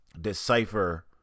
decipher